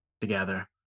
together